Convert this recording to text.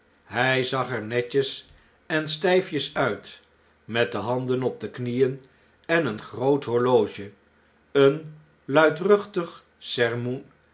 hy zag er netjes en styfjes uit met de nanden op de knieen en een groot horloge een luidruchtig sermoen